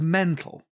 mental